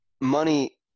money